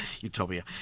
Utopia